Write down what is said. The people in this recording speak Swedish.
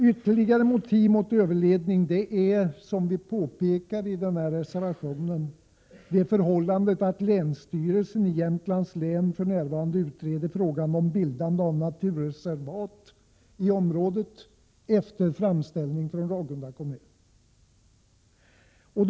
Ytterligare motiv mot överledning är, som vi har påpekat i reservationen, det förhållandet att länsstyrelsen i Jämtlands län för närvarande utreder frågan om bildande av naturreservat i området efter framställning från Ragunda kommun.